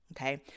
okay